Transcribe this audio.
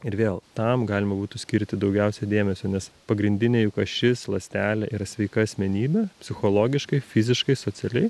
ir vėl tam galima būtų skirti daugiausiai dėmesio nes pagrindinė juk ašis ląstelė yra sveika asmenybė psichologiškai fiziškai socialiai